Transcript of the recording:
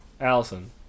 Allison